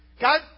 God